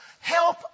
help